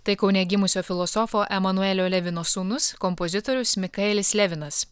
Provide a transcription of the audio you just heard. tai kaune gimusio filosofo emanuelio levino sūnus kompozitorius mikaelis levinas